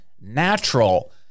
natural